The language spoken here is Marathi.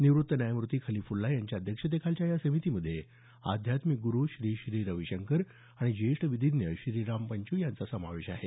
निवृत्त न्यायमूर्ती खलिफुछ्छा यांच्या अध्यक्षतेखालच्या या समितीमध्ये आध्यात्मिक ग्रु श्री श्री रविशंकर आणि ज्येष्ठ विधीज्ञ श्रीराम पंच् यांचा समावेश आहे